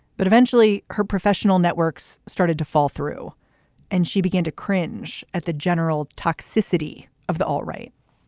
but eventually her professional networks started to fall through and she began to cringe at the general toxicity of the. all right.